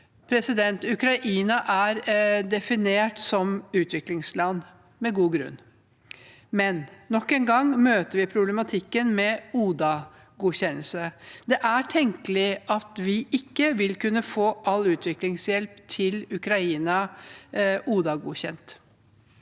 Ukraina. Ukraina er definert som et utviklingsland, med god grunn, men nok en gang møter vi problematikken med ODA-godkjennelse. Det er tenkelig at vi ikke vil kunne få all utviklingshjelp til Ukraina ODA-godkjent.